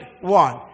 one